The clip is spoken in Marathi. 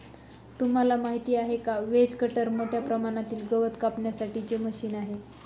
तुम्हाला माहिती आहे का? व्हेज कटर मोठ्या प्रमाणातील गवत कापण्यासाठी चे मशीन आहे